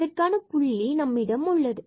அதற்கான புள்ளி நம்மிடம் உள்ளது